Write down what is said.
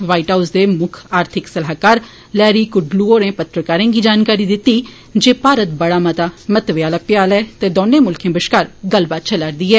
white House दे मुक्ख आर्थिक सलाहकार लैरी कुडलो होरें पत्रकारें गी जानकारी दिती जे भारत बड़ा मता महत्वै आला भ्याल ऐ ते दौने मुल्खें बश्कार गल्लबात चलारदी ऐ